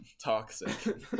toxic